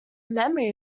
memory